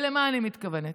ולמה אני מתכוונת?